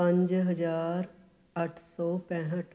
ਪੰਜ ਹਜ਼ਾਰ ਅੱਠ ਸੌ ਪੈਂਹਠ